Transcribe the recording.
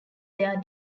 their